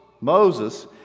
Moses